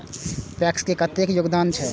PACS के कतेक योगदान छै?